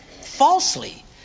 falsely